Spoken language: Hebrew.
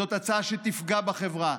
זאת הצעה שתפגע בחברה.